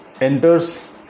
enters